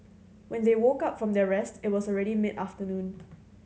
when they woke up from their rest it was already mid afternoon